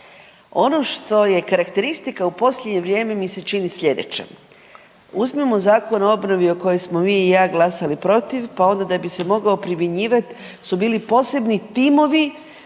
Ono što je karakteristika u posljednje vrijeme mi se čini sljedeće, uzmimo Zakon o obnovi o kojoj smo vi i ja glasali protiv pa onda da bi se mogao primjenjivat su bili posebni timovi